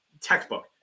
Textbook